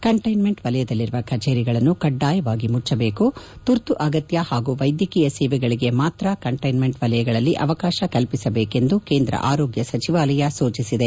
containment ವಲಯದಲ್ಲಿರುವ ಕಚೇರಿಗಳನ್ನು ಕಡ್ಡಾಯವಾಗಿ ಮುಚ್ಚಬೇಕು ತುರ್ತು ಅಗತ್ಯ ಹಾಗೂ ವೈದ್ಯಕೀಯ ಸೇವೆಗಳಿಗೆ ಮಾತ್ರ ಕಂಟೈನ್ಮೆಂಟ್ ವಲಯಗಳಲ್ಲಿ ಅವಕಾಶ ಕಲ್ಪಿಸಬೇಕು ಎಂದು ಕೇಂದ ಆರೋಗ್ಯ ಸಚಿವಾಲಯ ಸೂಚಿಸಿದೆ